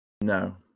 No